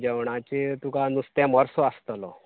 जेवणाचे तुका निस्त्याक मोडसो आसतलो